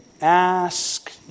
ask